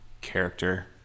character